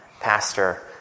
pastor